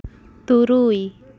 ᱛᱩᱨᱩᱭ